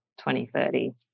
2030